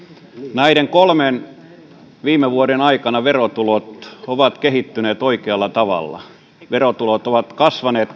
näiden kolmen viime vuoden aikana verotulot ovat kehittyneet oikealla tavalla verotulot ovat kasvaneet